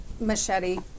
Machete